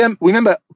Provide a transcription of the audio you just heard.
remember